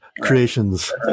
creations